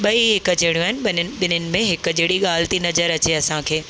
ॿई हिकु जहिड़ियूं आहिनि ॿिनि ॿिन्हनि में हिकु जहिड़ी ॻाल्हि थी नज़रु अचे असांखे